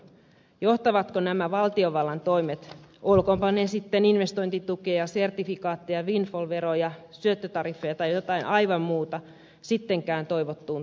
johtavatko nämä valtiovallan toimet olkootpa ne sitten investointitukea sertifikaatteja windfall veroja syöttötariffeja tai jotain aivan muuta sittenkään toivottuun tulokseen